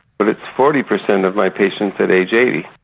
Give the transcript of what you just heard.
but it's forty percent of my patients at age eighty.